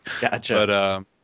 Gotcha